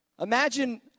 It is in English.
Imagine